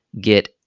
get